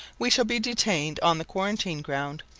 we shall be detained on the quarantine ground,